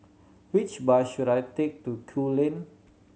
which bus should I take to Kew Lane